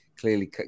clearly